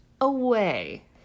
away